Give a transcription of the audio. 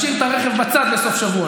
אפילו אתה אמרת שנשאיר את הרכב בצד לסוף שבוע,